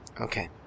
Okay